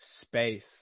space